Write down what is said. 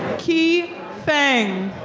qi feng.